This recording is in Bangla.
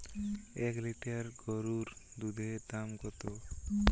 এক লিটার গোরুর দুধের দাম কত?